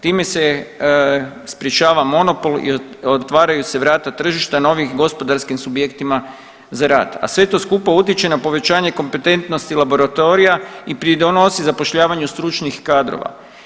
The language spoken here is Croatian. Time se sprječava monopol i otvaraju se vrata tržišta novih gospodarskim subjektima za rad, a sve to skupa utječe na povećanje kompetentnosti laboratorija i pridonosi zapošljavanju stručnih kadrova.